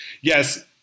Yes